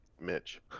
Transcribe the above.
mitch